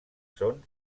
són